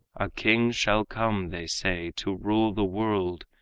a king shall come, they say, to rule the world,